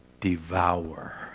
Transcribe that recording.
devour